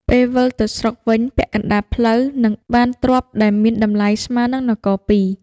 ពេលវិលទៅស្រុកវិញពាក់កណ្ដាលផ្លូវ នឹងបានទ្រព្យដែលមានតម្លៃស្មើនឹងនគរពីរ។